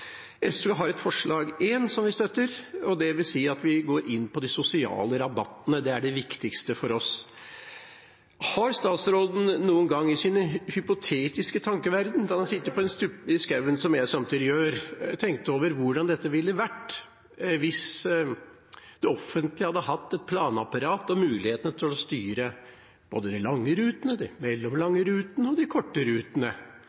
SV er med på og støtter forslag nr. 1, dvs. at vi går inn på de sosiale rabattene. Det er det viktigste for oss. Har statsråden noen gang, i sin hypotetiske tankeverden, når han har sittet på en stubbe i skogen, som jeg av og til gjør, tenkt over hvordan det ville vært hvis det offentlige hadde hatt et planapparat og mulighet til å styre de lange rutene, de mellomlange rutene